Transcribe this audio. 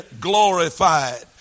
glorified